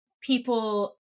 people